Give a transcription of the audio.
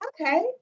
okay